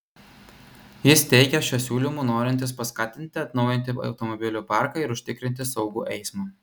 jis teigia šiuo siūlymu norintis paskatinti atnaujinti automobilių parką ir užtikrinti saugų eismą